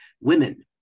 women